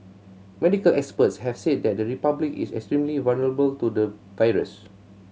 medical experts have said that the Republic is extremely vulnerable to the virus